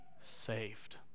saved